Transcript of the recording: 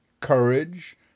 courage